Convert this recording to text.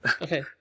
Okay